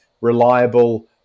reliable